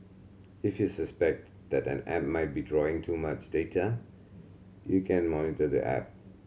if you suspect that an app might be drawing too much data you can monitor the app